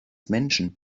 menschen